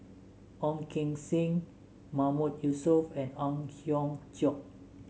Ong Keng Sen Mahmood Yusof and Ang Hiong Chiok